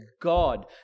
God